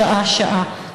שעה-שעה.